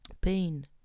pain